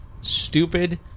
stupid